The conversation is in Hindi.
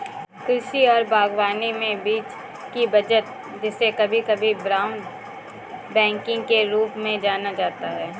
कृषि और बागवानी में बीज की बचत जिसे कभी कभी ब्राउन बैगिंग के रूप में जाना जाता है